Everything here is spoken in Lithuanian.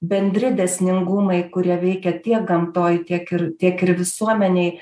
bendri dėsningumai kurie veikia tiek gamtoj tiek ir tiek ir visuomenėj